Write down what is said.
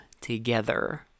together